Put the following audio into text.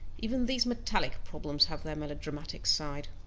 even these metallic problems have their melodramatic side.